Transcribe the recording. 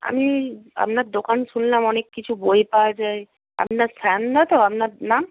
আমি আপনার দোকান শুনলাম অনেক কিছু বই পাওয়া যায় আপনার সায়নদা তো আপনার নাম